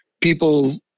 People